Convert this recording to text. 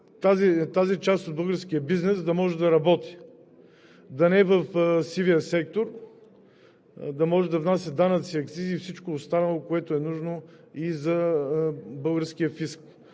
тази част от българския бизнес да може да работи, да не е в сивия сектор, да може да внася данъци, акцизи и всичко останало, което е нужно за българския фиск.